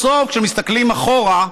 בסוף, כשמסתכלים אחורה,